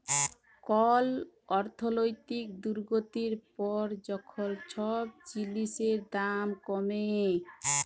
call অর্থলৈতিক দুর্গতির পর যখল ছব জিলিসের দাম কমে